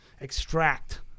extract